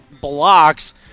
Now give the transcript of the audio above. blocks